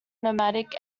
nomadic